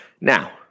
Now